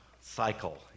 cycle